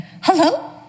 hello